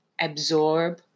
absorb